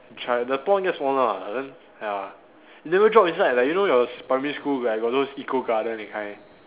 try the pond gets smaller lah then ya never drop inside like you know yours primary school got like those eco garden that kind